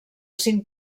cinc